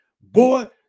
Boy